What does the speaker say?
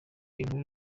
inkuru